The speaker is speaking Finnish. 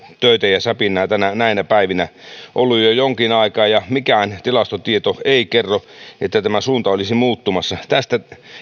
töitä ja säpinää näinä näinä päivinä on ollut jo jo jonkin aikaa ja mikään tilastotieto ei kerro että tämä suunta olisi muuttumassa tästä